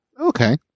Okay